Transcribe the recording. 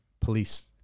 police